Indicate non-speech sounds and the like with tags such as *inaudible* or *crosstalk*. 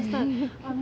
*laughs*